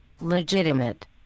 Legitimate